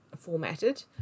formatted